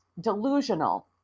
Delusional